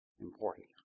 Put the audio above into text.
important